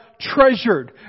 treasured